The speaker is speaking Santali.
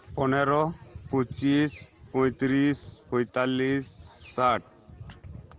ᱯᱚᱱᱮᱨᱚ ᱯᱩᱪᱤᱥ ᱯᱚᱸᱭᱛᱤᱨᱤᱥ ᱯᱚᱸᱭᱛᱟᱞᱞᱤᱥ ᱥᱟᱴ